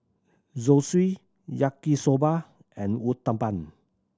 Zosui Yaki Soba and Uthapam